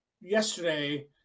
yesterday